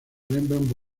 rembrandt